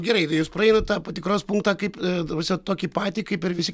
gerai tai jūs praeinat tą patikros punktą kaip ta prasme tokį patį kaip ir visi